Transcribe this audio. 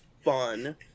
fun